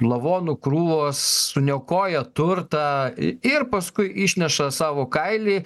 lavonų krūvos suniokoja turtą ir paskui išneša savo kailį